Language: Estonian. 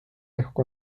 ehk